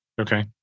Okay